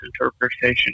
interpretation